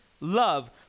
love